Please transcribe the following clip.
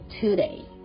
today